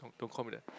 don't call me that